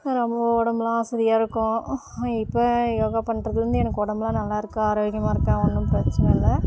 ரொம்ப உடம்புலாம் அசதியாக இருக்கும் இப்போ யோகா பண்ணுறதுலேருந்து எனக்கு உடம்புலாம் நல்லாயிருக்கு ஆரோக்கியமாக இருக்கேன் ஒன்றும் பிரச்சனை இல்லை